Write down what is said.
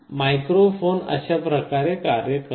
microphone अशाप्रकारे कार्य करतो